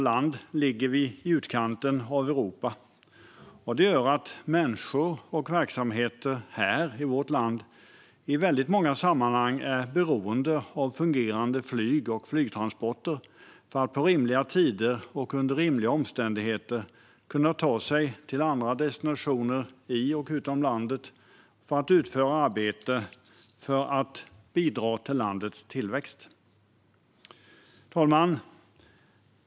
Vi ligger i utkanten av Europa, vilket gör att människor och verksamheter här i vårt land i väldigt många sammanhang är beroende av fungerande flyg och flygtransporter för att på rimliga tider och under rimliga omständigheter kunna ta sig till andra destinationer inom och utom landet för att utföra arbete och bidra till landets tillväxt. Fru talman!